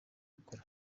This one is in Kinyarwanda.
gukora